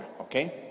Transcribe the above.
Okay